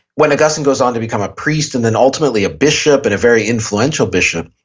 when augustine goes on to become a priest and then ultimately a bishop and a very influential bishop,